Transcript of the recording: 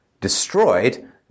destroyed